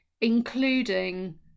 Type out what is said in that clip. including